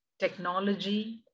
Technology